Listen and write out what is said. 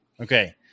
Okay